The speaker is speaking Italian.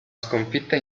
sconfitta